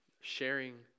sharing